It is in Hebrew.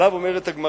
עליו אומרת הגמרא,